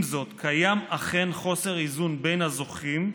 עם זאת, קיים אכן חוסר איזון בין הזוכים,